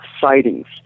Sightings